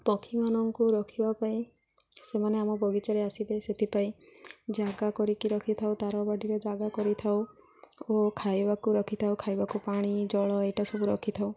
ପକ୍ଷୀମାନଙ୍କୁ ରଖିବା ପାଇଁ ସେମାନେ ଆମ ବଗିଚାରେ ଆସିବେ ସେଥିପାଇଁ ଜାଗା କରିକି ରଖିଥାଉ ତାରବାଡ଼ିରେ ଜାଗା କରିଥାଉ ଓ ଖାଇବାକୁ ରଖିଥାଉ ଖାଇବାକୁ ପାଣି ଜଳ ଏଇଟା ସବୁ ରଖିଥାଉ